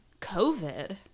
COVID